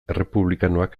errepublikanoak